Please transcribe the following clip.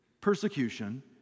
persecution